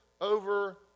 over